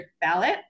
ballot